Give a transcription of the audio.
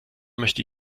möchte